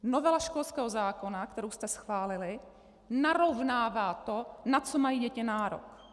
Novela školského zákona, kterou jste schválili, narovnává to, na co mají děti nárok.